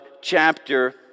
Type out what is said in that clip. chapter